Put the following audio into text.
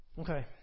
Okay